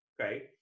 okay